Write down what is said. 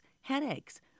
headaches